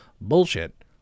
bullshit